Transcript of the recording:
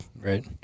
Right